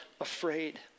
afraid